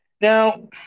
Now